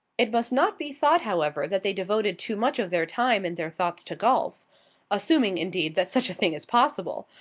it must not be thought, however, that they devoted too much of their time and their thoughts to golf assuming, indeed, that such a thing is possible.